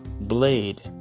Blade